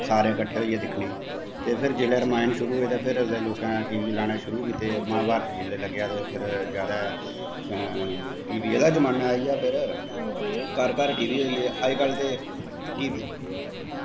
सारे कट्ठे होइयै दिक्खने ते फिर जिसलै रमायण शुरू होई ते फिर लोकें टी वी लाने शुरू कीते महाभारत जिसलै लग्गेआ ते फिर जैदा टी वी दा गै जमान्ना आई गेआ फिर घर घर टी वी होई अज्जकल ते